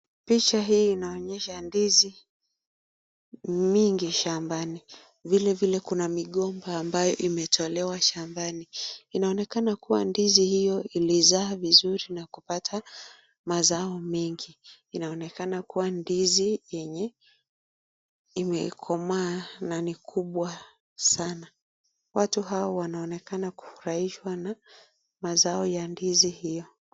Picha hii inaonyesha ndizi mingi shambani. Vile vile kuna migomba ambayo imetolewa shambani. Inaonekana kuwa ndizi hiyo ilizaa vizuri na kupata mazao mengi. Inaonekana kuwa ndizi yenye imekomaa na ni kubwa sana. Watu hawa wanaonekana kufurahishwa na mazao ya ndizi hiyo.